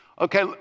Okay